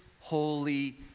holy